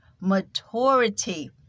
maturity